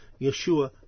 Yeshua